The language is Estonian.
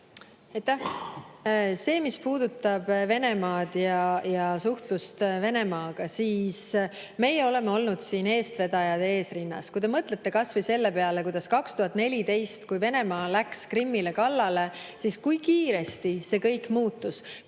Mis puudutab Venemaad ja suhtlust Venemaaga, siis meie oleme olnud selle [taunimisel] eestvedajad, esirinnas. Kui te mõtlete kasvõi selle peale, kui 2014 Venemaa läks Krimmile kallale, siis kui kiiresti kõik muutus,